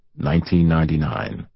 1999